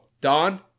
Don